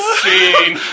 scene